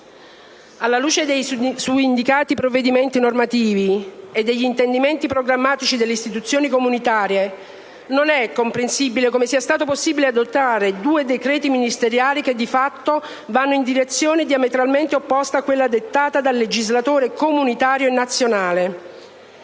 Alla luce dei suindicati provvedimenti normativi e degli intendimenti programmatici delle istituzioni comunitarie, non è comprensibile come sia stato possibile adottare due decreti ministeriali che di fatto vanno in direzione diametralmente opposta a quella dettata dal legislatore comunitario e nazionale.